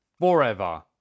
forever